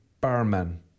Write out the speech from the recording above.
barman